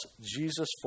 Jesus